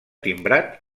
timbrat